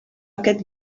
aquest